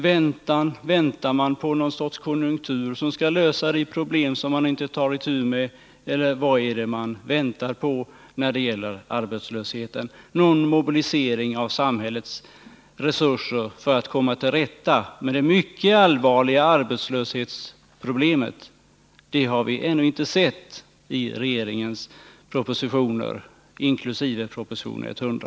Väntar den på någon sorts konjunktur som skall lösa de problem som man inte tar itu med, eller vad är det man väntar på när det gäller arbetslösheten? Någon mobilisering av samhällets resurser för att komma till rätta med de mycket allvarliga arbetslöshetsproblemen har vi ännu inte sett i regeringens propositioner, inkl. proposition 100.